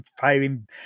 firing